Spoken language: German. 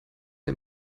der